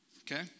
okay